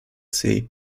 see